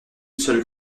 seule